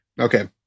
Okay